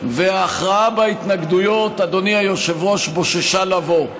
וההכרעה בהתנגדויות, אדוני היושב-ראש, בוששה לבוא,